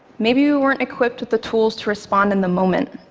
maybe we weren't equipped with the tools to respond in the moment.